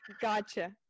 Gotcha